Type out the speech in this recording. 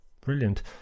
brilliant